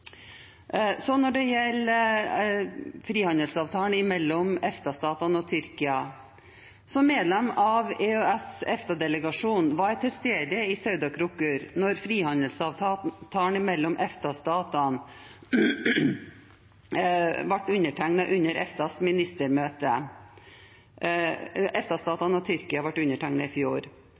Så til frihandelsavtalen mellom EFTA-statene og Tyrkia. Som medlem av EØS/EFTA-delegasjonen var jeg til stede i Sauðárkrókur da frihandelsavtalen mellom EFTA-statene og Tyrkia ble undertegnet under EFTAs ministermøte